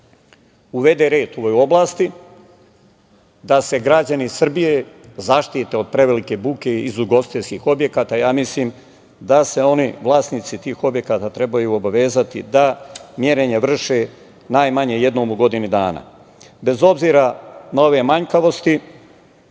uvede red u ovoj oblasti, da se građani Srbije zaštite od prevelike muke iz ugostiteljskih objekata, ja mislim da se vlasnici tih objekata trebaju obavezati da merenja vrše najmanje jednom u godinu dana. Bez obzira, na ove manjkavosti,